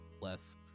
less